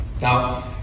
Now